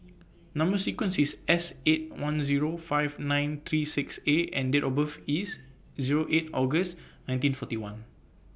Number sequence IS S eight one Zero five nine three six A and Date of birth IS Zero eight August nineteen forty one